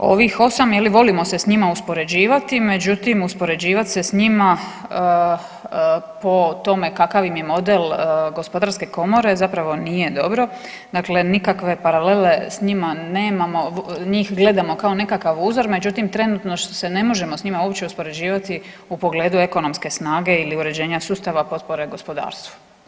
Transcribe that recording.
Ovih 8, je li, volimo se s njima uspoređivati, međutim, uspoređivati se s njima po tome kakav im je model gospodarske komore zapravo nije dobro, dakle nikakve paralele s njima nemamo, njih gledamo kao nekakav uzor, međutim, trenutno se ne možemo s njima uopće uspoređivati u pogledu ekonomske snage ili uređenja sustava potpore gospodarstvu.